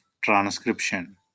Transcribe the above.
Transcription